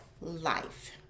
life